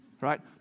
Right